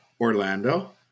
Orlando